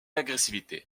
agressivité